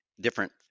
different